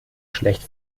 schlecht